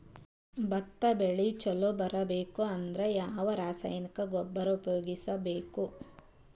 ಭತ್ತ ಬೆಳಿ ಚಲೋ ಬರಬೇಕು ಅಂದ್ರ ಯಾವ ರಾಸಾಯನಿಕ ಗೊಬ್ಬರ ಉಪಯೋಗಿಸ ಬೇಕು?